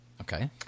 Okay